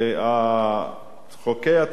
חוקי התכנון והבנייה,